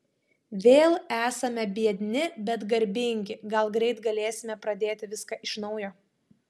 vėl esame biedni bet garbingi gal greit galėsime pradėti viską iš naujo